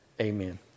Amen